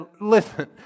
listen